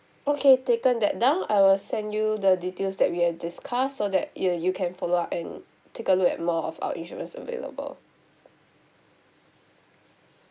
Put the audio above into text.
okay taken that down I will send you the details that we have discussed so that you you can follow up and take a look at more of our insurance available